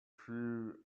few